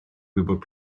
gwybod